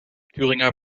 thüringer